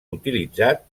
utilitzat